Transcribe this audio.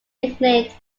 nicknamed